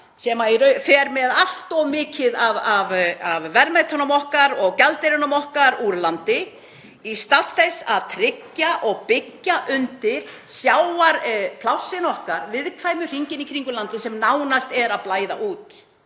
sem fer með allt of mikið af verðmætunum okkar og gjaldeyrinum okkar úr landi í stað þess að tryggja og byggja undir sjávarplássin okkar viðkvæmu hringinn í kringum landið sem nánast er að blæða út.